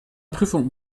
prüfung